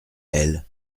elle